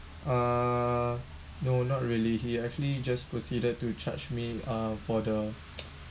uh no not really he actually just proceeded to charge me uh for the